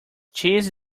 cheese